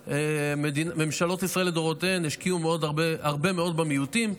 ממשלות ישראל לדורותיהן השקיעו הרבה מאוד במיעוטים,